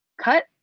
cut